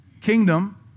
kingdom